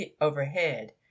overhead